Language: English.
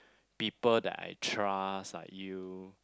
people that I trust like you